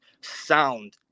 sound